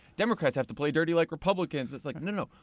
democrats have to play dirty like republicans. it's like, no, no.